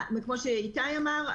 כפי שאיתי אמר,